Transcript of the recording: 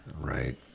Right